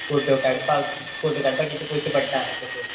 photo काडपाक photo काडपाक कितले पयशे पडटा ते